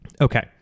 okay